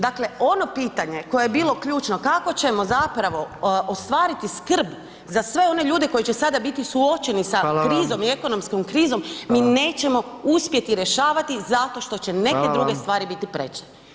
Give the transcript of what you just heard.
Dakle, ono pitanje koje je bilo ključno kako ćemo zapravo ostvariti skrb za sve one ljude koji će sada biti suočeni sa krizom i ekonomskom krizom, mi nećemo uspjeti rješavati zato što će neke druge stvari biti preče.